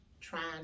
trying